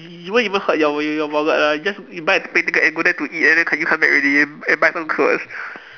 it won't even hurt your your wallet lah you just you buy a plane ticket and go there to eat and then c~ you come back already buy some clothes